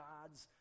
God's